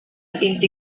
vint